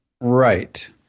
Right